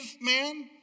man